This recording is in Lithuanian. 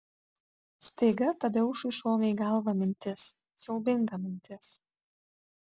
staiga tadeušui šovė į galvą mintis siaubinga mintis